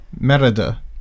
merida